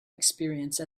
experience